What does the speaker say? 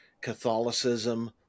Catholicism